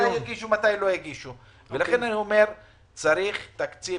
כן אני אומר שצריך תקציב